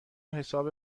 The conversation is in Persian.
حساب